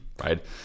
right